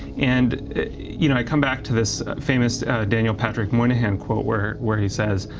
and you know i come back to this famous daniel patrick moynihan quote where where he says